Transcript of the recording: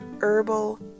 Herbal